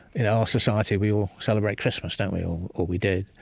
in our society, we all celebrate christmas, don't we, or or we did,